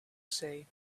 say